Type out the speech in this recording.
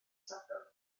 sadwrn